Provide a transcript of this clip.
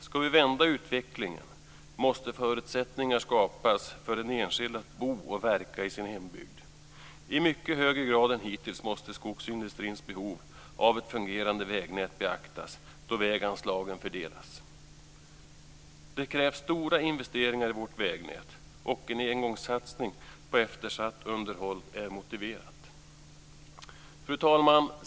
Ska vi vända utvecklingen måste förutsättningar skapas för den enskilde att bo och verka i sin hembygd. I en mycket högre grad än hittills måste skogsindustrins behov av ett fungerande vägnät beaktas då väganslagen fördelas. Det krävs stora investeringar i vårt vägnät, och en engångssatsning på eftersatt underhåll är motiverad. Fru talman!